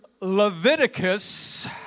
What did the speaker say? Leviticus